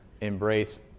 embrace